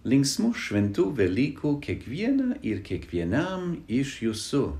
linksmų šventų velykų kiekvieną ir kiekvienam iš jūsų